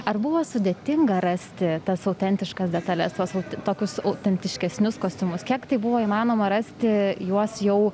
ar buvo sudėtinga rasti tas autentiškas detales tuos tokius autentiškesnius kostiumus kiek tai buvo įmanoma rasti juos jau